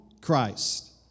Christ